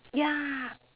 ya